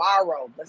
tomorrow